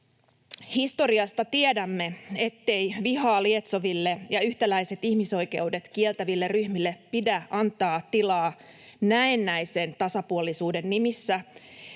Historiasta tiedämme, ettei vihaa lietsoville ja yhtäläiset ihmisoikeudet kieltäville ryhmille pidä antaa tilaa näennäisen tasapuolisuuden nimissä,